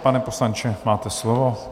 Pane poslanče, máte slovo.